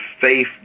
faith